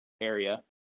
area